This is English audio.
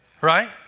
Right